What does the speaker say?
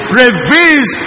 reveals